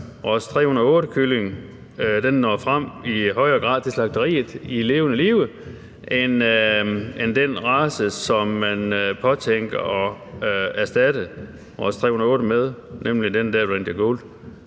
Ross 308-kylling når frem til slagteriet i levende live i højere grad end den race, som man påtænker at erstatte Ross 308 med, nemlig den der Ranger Gold.